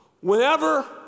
Whenever